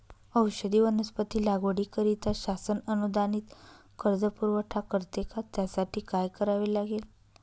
औषधी वनस्पती लागवडीकरिता शासन अनुदानित कर्ज पुरवठा करते का? त्यासाठी काय करावे लागेल?